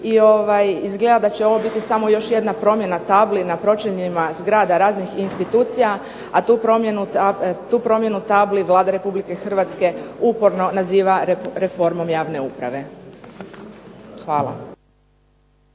izgleda da će ovo biti samo jedna promjena tabli na pročeljima zgrada raznih institucija, a tu promjenu tabli Vlada Republike Hrvatske uporno naziva reformom javne uprave. Hvala.